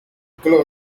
nikola